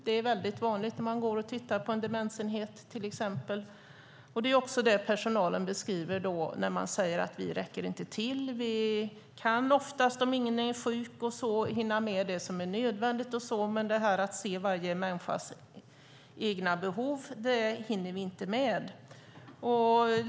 Det är väldigt vanligt när man går och tittar på till exempel en demensenhet. Det är också det personalen beskriver. De säger: Vi räcker inte till. Vi kan oftast, om ingen är sjuk, hinna med det som är nödvändigt, men att se varje människas egna behov hinner vi inte med.